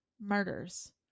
murders